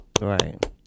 Right